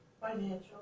financial